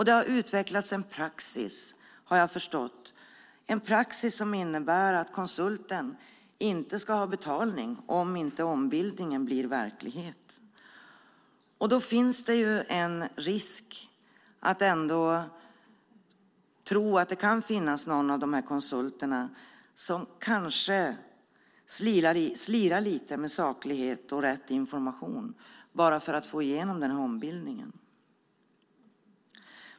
Det har utvecklats en praxis, har jag förstått, som innebär att konsulten inte ska ha betalt om inte ombildningen blir verklighet. Då kan man ändå tro att det finns en risk att någon av de här konsulterna kanske slirar lite med saklighet och rätt information bara för att få igenom ombildningen.